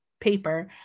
paper